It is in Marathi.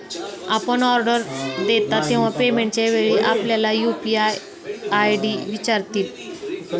आपण ऑर्डर देता तेव्हा पेमेंटच्या वेळी आपल्याला यू.पी.आय आय.डी विचारतील